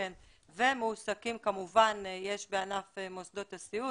ומועסקים כמובן יש בענף מוסדות הסיעוד.